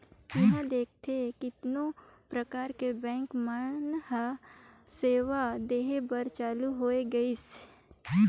इहां देखथे केतनो परकार के बेंक मन हर सेवा देहे बर चालु होय गइसे